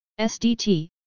SDT